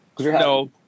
No